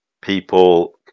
people